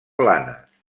blanes